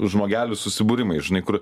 žmogelių susibūrimai žinai kur